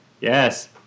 Yes